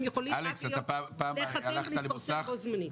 הם יכולים להתפרסם רק בו-זמנית.